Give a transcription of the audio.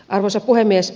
arvoisa puhemies